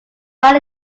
while